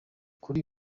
kuri